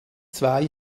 zwei